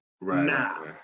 Nah